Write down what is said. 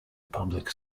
public